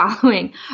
following